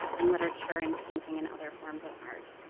and literature, and painting, and other forms of art.